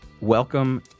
welcome